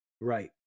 Right